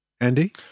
Andy